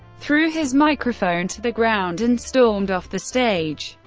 threw his microphone to the ground and stormed off the stage.